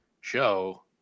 show